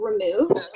removed